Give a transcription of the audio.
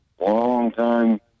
Long-time